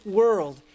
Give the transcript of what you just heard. world